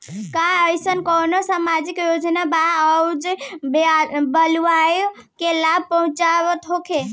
का एइसन कौनो सामाजिक योजना बा जउन बालिकाओं के लाभ पहुँचावत होखे?